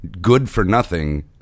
good-for-nothing